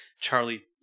charlie